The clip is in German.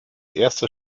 erste